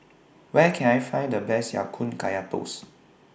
Where Can I Find The Best Ya Kun Kaya Toast